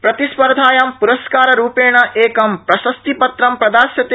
प्रतिस्पर्धायां पुरस्कारस्वरूपेण एकं प्रशस्तिपत्रम् प्रदास्यते